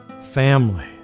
family